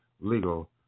legal